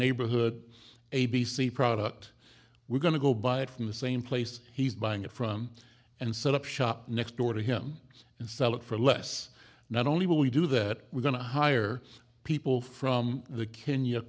neighborhood a b c product we're going to go buy it from the same place he's buying it from and set up shop next door to him and sell it for less not only will we do that we're going to hire people from the kenya